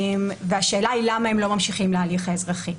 והשאלה היא למה הם לא ממשיכים להליך האזרחי.